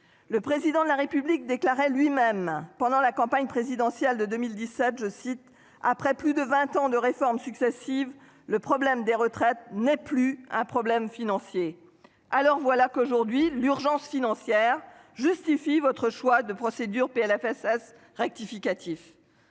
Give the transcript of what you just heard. Le président de la République déclarait lui-même pendant la campagne présidentielle de 2017 je cite après plus de 20 ans de réformes successives, le problème des retraites n'est plus un problème financier. Alors voilà qu'aujourd'hui l'urgence financière justifie votre choix de procédure PLFSS rectificatif.